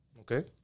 Okay